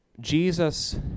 Jesus